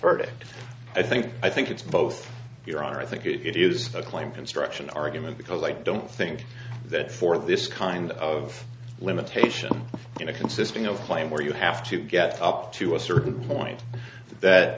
verdict i think i think it's both your honor i think it is a claim construction argument because i don't think that for this kind of limitation in a consisting of claim where you have to get up to a certain point that